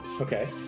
Okay